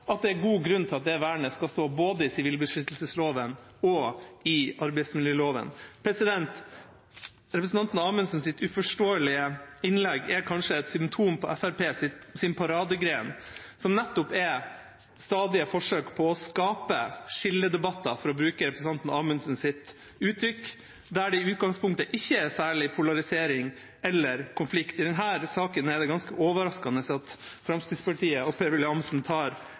at det er god grunn til at det vernet skal stå både i sivilbeskyttelsesloven og i arbeidsmiljøloven. Representanten Amundsens uforståelige innlegg er kanskje et symptom på Fremskrittspartiets paradegren, som nettopp er stadige forsøk på å skape skinndebatter, for å bruke representanten Amundsens uttrykk, der det i utgangspunktet ikke er særlig polarisering eller konflikt. I denne saken er det ganske overraskende at Fremskrittspartiet og Per-Willy Amundsen tar